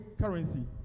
currency